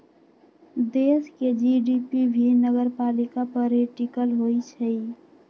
देश के जी.डी.पी भी नगरपालिका पर ही टिकल होई छई